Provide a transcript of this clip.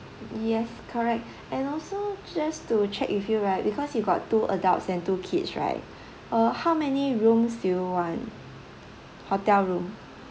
yes correct and also just to check with you right because you got two adults and two kids right uh how many rooms do you want hotel room